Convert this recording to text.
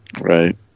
right